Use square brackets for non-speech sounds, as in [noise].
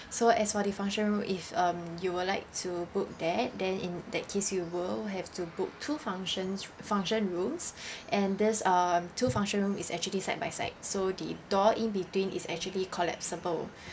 so as for the function room if um you will like to book that then in that case you will have to book two functions function rooms [breath] and these um two function room is actually side by side so the door in between is actually collapsible